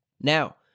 now